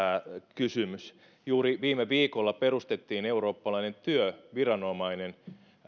kysymys juuri viime viikolla perustettiin eurooppalainen työviranomainen